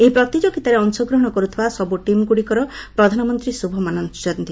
ଏହି ପ୍ରତିଯୋଗିତାରେ ଅଂଶଗ୍ରହଣ କରୁଥିବା ସବୁ ଟିମ୍ଗୁଡ଼ିକର ପ୍ରଧାନମନ୍ତ୍ରୀ ଶୁଭ ମନାସିଛନ୍ତି